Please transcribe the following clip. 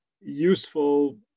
useful